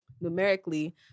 numerically